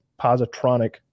positronic